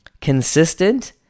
consistent